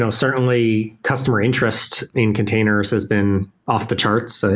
so certainly, customer interest in containers has been off the charts.